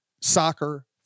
soccer